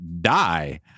die